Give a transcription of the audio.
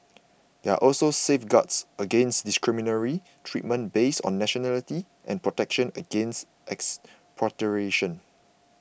there are also safeguards against discriminatory treatment based on nationality and protection against expropriation